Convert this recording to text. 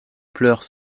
pleure